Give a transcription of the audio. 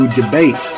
debate